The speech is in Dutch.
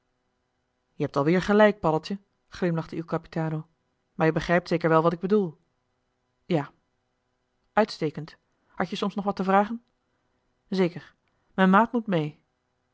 je hebt alweer gelijk paddeltje glimlachte il capitano maar je begrijpt zeker wel wat ik bedoel ja uitstekend had-je soms nog wat te vragen zeker m'n maat moet mee